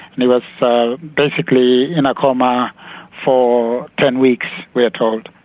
and he was basically in a coma for ten weeks, we are told.